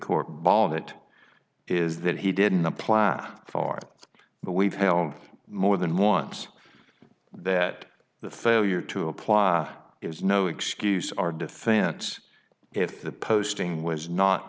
court barred it is that he didn't the platform but we've held more than once that the failure to apply is no excuse our defense if the posting was not